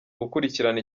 gukurikirana